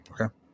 okay